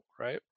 right